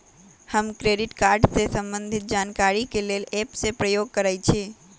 हम credit card से संबंधित जानकारी के लेल एप के प्रयोग करइछि